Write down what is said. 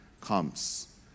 comes